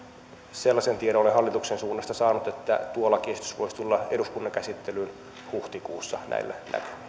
sellaisen tiedon olen hallituksen suunnasta saanut että tuo lakiesitys voisi tulla eduskunnan käsittelyyn huhtikuussa näillä